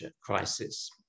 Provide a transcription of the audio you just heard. crisis